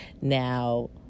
now